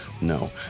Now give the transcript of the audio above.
No